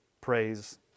Praise